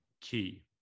key